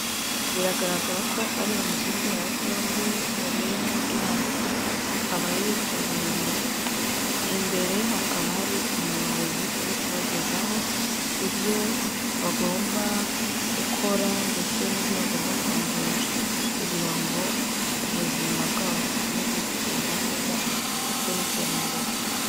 Biragaragara ko ari inzu mberabyombi yabereyemo inama, ikaba yitabiriwe imbere hakaba hari umuyobozi uri kubagezaho ibyo bagomba gukora, ndetse n'ibyo bagomba kongera, kugira ngo ubuzima bwabo bukomeze kugenda neza ndetse n'iterambere.